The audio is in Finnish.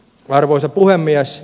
arvoisa puhemies